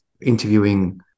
interviewing